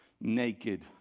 naked